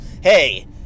hey